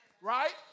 right